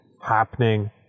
happening